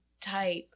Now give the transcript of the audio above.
type